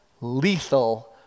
lethal